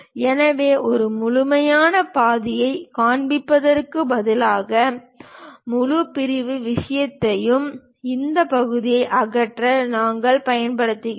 எனவே ஒரு முழுமையான பாதியைக் காண்பிப்பதற்குப் பதிலாக முழு பிரிவு விஷயத்தையும் இந்த பகுதியை அகற்ற நாங்கள் பயன்படுத்துகிறோம்